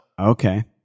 Okay